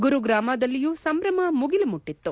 ಗುರುಗ್ರಾಮದಲ್ಲಿಯೂ ಸಂಭ್ರಮ ಮುಗಿಲು ಮುಟ್ಟತು